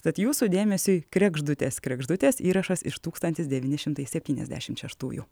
tad jūsų dėmesiui kregždutės kregždutės įrašas iš tūkstantis devyni šimtai septyniasdešim šeštųjų